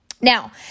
Now